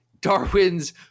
Darwin's